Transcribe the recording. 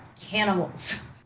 cannibals